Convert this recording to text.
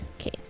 Okay